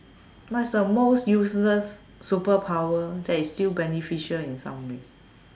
what is the most useless superpower that is still beneficial in some way